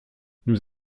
nous